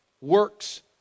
works